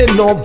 no